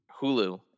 Hulu